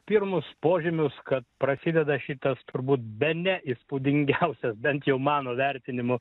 pirmus požymius kad prasideda šitas turbūt bene įspūdingiausias bent jau mano vertinimu